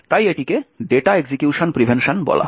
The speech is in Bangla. তাই এটিকে ডেটা এক্সিকিউশন প্রিভেনশন বলা হয়